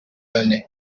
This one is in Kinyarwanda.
bane